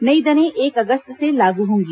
नई दरें एक अगस्त से लागू होंगी